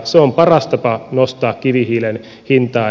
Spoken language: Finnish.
se on paras tapa nostaa kivihiilen hintaa